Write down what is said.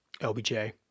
LBJ